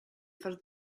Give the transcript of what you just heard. for